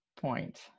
point